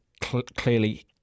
clearly